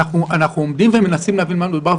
אנחנו עומדים ומנסים להבין במה מדובר,